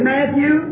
Matthew